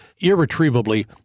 irretrievably